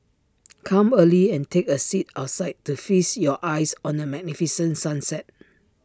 come early and take A seat outside to feast your eyes on the magnificent sunset